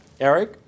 Eric